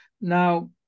Now